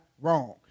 wrong